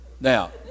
Now